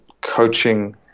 coaching